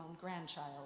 grandchild